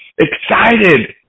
excited